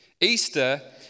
Easter